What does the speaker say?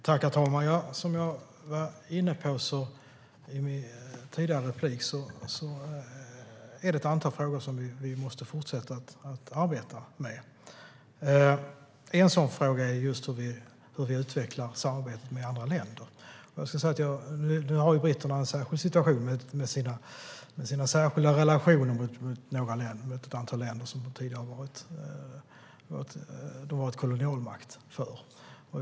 Herr talman! Som jag var inne på i mitt tidigare anförande är det ett antal frågor som vi måste fortsätta att arbeta med. En sådan fråga är just hur vi utvecklar samarbetet med andra länder. Nu har britterna en särskild situation med sina särskilda relationer med ett antal länder som de tidigare har varit kolonialmakt för.